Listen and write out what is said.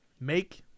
make